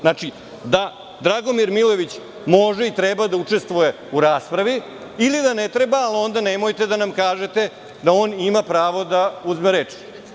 Znači, da Dragomir Milojević može i treba da učestvuje u raspravi, ili da ne treba, ali onda, nemojte da nam kažete da on ima pravo da uzme reč.